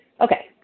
Okay